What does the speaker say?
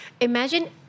Imagine